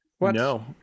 No